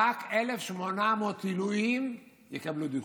רק 1,800 עילויים יקבלו דיחוי.